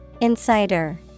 Insider